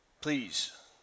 please